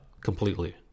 completely